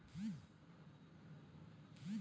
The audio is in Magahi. संबंध ऋण में निधि के एगो निश्चित राशि हो सको हइ